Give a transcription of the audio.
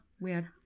weird